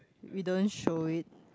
we don't show it